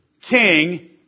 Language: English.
king